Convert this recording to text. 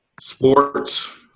sports